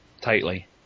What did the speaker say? tightly